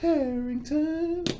Harrington